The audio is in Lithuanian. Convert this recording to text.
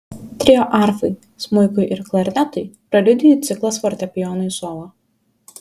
trio arfai smuikui ir klarnetui preliudijų ciklas fortepijonui solo